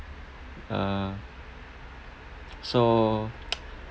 uh so